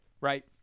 Right